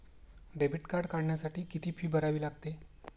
Debit card काढण्यासाठी किती fee भरावी लागते?